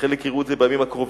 וחלק יראו את זה בימים הקרובים.